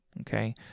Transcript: okay